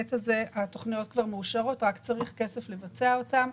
ובהיבט הזה התוכניות מאושרות ורק צריך כסף לבצע אותן.